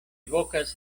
vokas